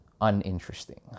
uninteresting